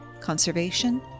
Conservation